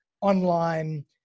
online